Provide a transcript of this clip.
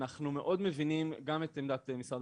שאנחנו מאוד מבינים גם את עמדת משרד